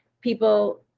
people